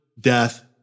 death